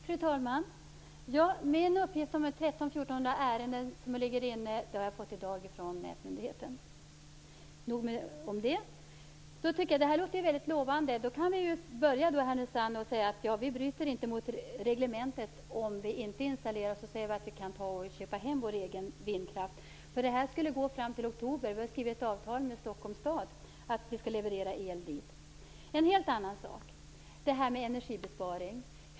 Fru talman! Min uppgift om 1 300-1 400 inneliggande ärenden har jag i dag fått från nätmyndigheten. Nog om detta. Jag tycker att det här låter mycket lovande. Vi kan då i Härnösand säga oss att vi inte bryter mot reglementet. Även om vi inte har mätare installerad, kan vi alltså köpa in vår egen vindkraft. Vi har skrivit ett avtal fram till oktober med Stockholms stad om att leverera el dit. En helt annan sak är frågan om energibesparing.